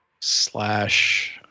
slash